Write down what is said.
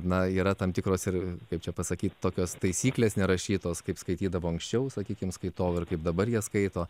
na yra tam tikros ir kaip čia pasakyt tokios taisyklės nerašytos kaip skaitydavo anksčiau sakykim skaitovai ir kaip dabar jie skaito